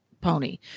pony